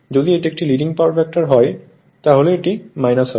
যদি এটি একটি লিডিং পাওয়ার ফ্যাক্টর হয় তাহলে এটি হবে